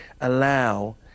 allow